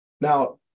Now